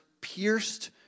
pierced